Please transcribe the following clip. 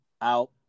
out